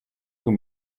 whom